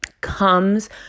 comes